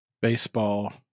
baseball